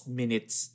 minutes